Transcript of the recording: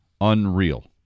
unreal